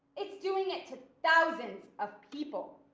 it's doing it to thousands of people.